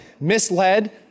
misled